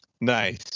nice